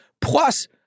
plus